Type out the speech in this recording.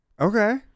Okay